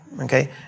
Okay